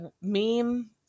meme